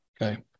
Okay